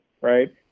right